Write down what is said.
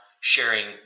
sharing